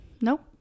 Nope